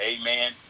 Amen